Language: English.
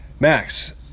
Max